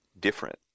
different